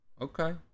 Okay